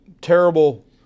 terrible